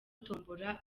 tombola